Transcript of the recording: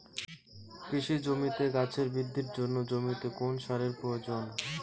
কৃষি জমিতে গাছের বৃদ্ধির জন্য জমিতে কোন সারের প্রয়োজন?